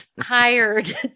hired